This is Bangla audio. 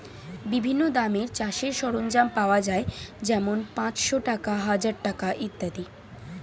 বিভিন্ন দামের চাষের সরঞ্জাম পাওয়া যায় যেমন পাঁচশ টাকা, হাজার টাকা ইত্যাদি